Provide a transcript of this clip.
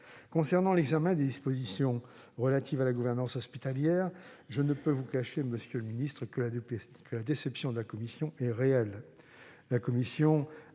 concerne les dispositions relatives à la gouvernance hospitalière, je ne puis vous cacher, monsieur le ministre, que la déception de la commission est réelle.